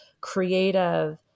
creative